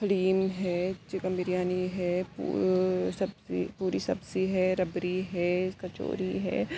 حلیم ہے چکن بریانی ہے سبزی پوری سبزی ہے ربری ہے کچوری ہے